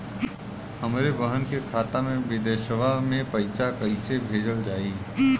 हमरे बहन के खाता मे विदेशवा मे पैसा कई से भेजल जाई?